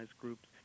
groups